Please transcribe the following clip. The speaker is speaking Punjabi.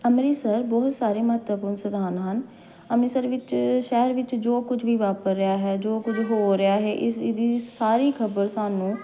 ਅੰਮ੍ਰਿਤਸਰ ਬਹੁਤ ਸਾਰੇ ਮਹੱਤਵਪੂਰਨ ਸਥਾਨ ਹਨ ਅੰਮ੍ਰਿਤਸਰ ਵਿੱਚ ਸ਼ਹਿਰ ਵਿੱਚ ਜੋ ਕੁਝ ਵੀ ਵਾਪਰ ਰਿਹਾ ਹੈ ਜੋ ਕੁਝ ਹੋ ਰਿਹਾ ਹੈ ਇਸ ਇਹਦੀ ਸਾਰੀ ਖ਼ਬਰ ਸਾਨੂੰ